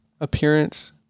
appearance